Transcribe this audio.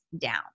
down